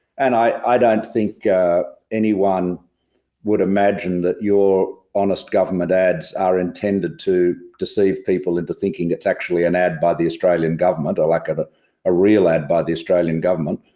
and i don't think anyone would imagine that you're honest government ads are intended to deceive people into thinking it's actually an ad by the australian government or like ah a ah real ad by the australian government.